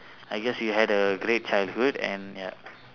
I guess you had a great childhood and ya